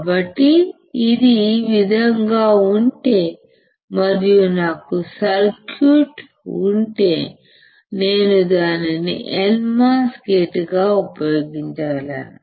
కాబట్టి ఇది ఈ విధంగా ఉంటే మరియు నాకు సర్క్యూట్ఉంటే నేను దానిని నాట్ గేట్గా ఉపయోగించగలను